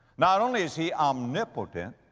not only is he omnipotent,